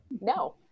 No